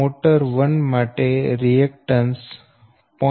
motor 1 માટે reactance j0